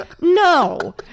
no